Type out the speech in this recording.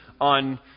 on